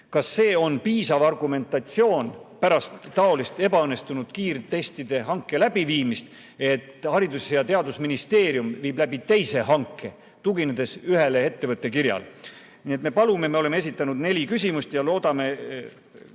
Kas see on piisav argumentatsioon pärast taolist ebaõnnestunud kiirtestide hanke läbiviimist, et Haridus‑ ja Teadusministeerium viib läbi teise hanke, tuginedes ühele ettevõtte kirjale? Me oleme esitanud neli küsimust ja loodame